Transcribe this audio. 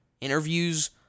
interviews